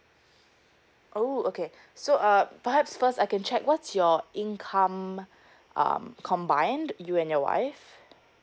oh okay so uh perhaps first I can check what's your income um combine you and your wife